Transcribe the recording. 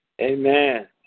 Amen